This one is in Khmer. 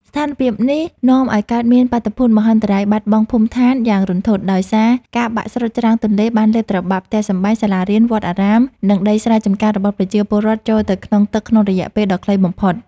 ស្ថានភាពនេះនាំឱ្យកើតមានបាតុភូត មហន្តរាយបាត់បង់ភូមិឋាន យ៉ាងរន្ធត់ ដោយសារការបាក់ស្រុតច្រាំងទន្លេបានលេបត្របាក់ផ្ទះសម្បែង សាលារៀន វត្តអារាម និងដីស្រែចម្ការរបស់ប្រជាពលរដ្ឋចូលទៅក្នុងទឹកក្នុងរយៈពេលដ៏ខ្លីបំផុត។